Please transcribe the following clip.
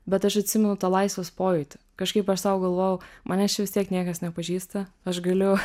bet aš atsimenu tą laisvės pojūtį kažkaip aš sau galvojau manęs čia vis tiek niekas nepažįsta aš galiu